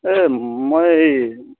এই মই এই